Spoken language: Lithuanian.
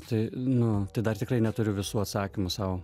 tai nu tai dar tikrai neturiu visų atsakymų sau